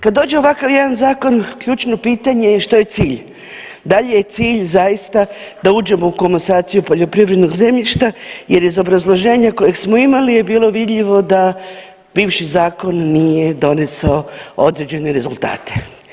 Kada dođe ovakav jedan zakon ključno pitanje je što je cilj, da li je cilj zaista da uđemo u komasaciju poljoprivrednog zemljišta jer iz obrazloženja kojeg smo imali je bilo vidljivo da bivši zakon nije donesao određene rezultate.